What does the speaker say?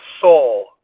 soul